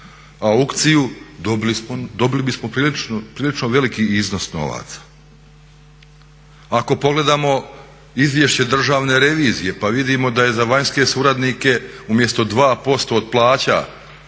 aukciju dobili bismo prilično veliki iznos novaca. Ako pogledamo izvješće Državne revizije pa vidimo da je za vanjske suradnike umjesto 2% od plaća